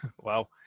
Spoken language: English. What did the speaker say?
Wow